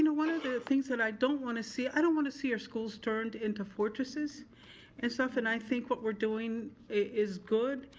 and one of the things that i don't wanna see, i don't want to see our schools turned into fortresses and stuff and i think what we're doing is good.